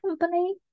company